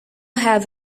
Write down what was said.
have